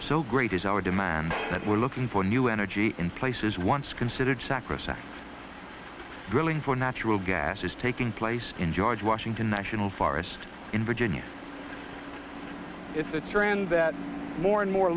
so great is our demand that we're looking for new energy in places once considered sacrosanct drilling for natural gas is taking place in george washington national forest in virginia it's a trend that more and more